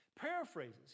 Paraphrases